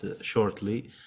shortly